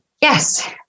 yes